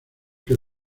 que